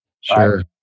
Sure